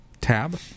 tab